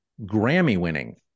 Grammy-winning